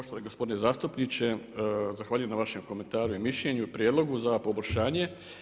Poštovani gospodine zastupniče, zahvaljujem na vašem komentaru i mišljenju i prijedlogu za poboljšanje.